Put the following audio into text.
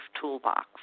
toolbox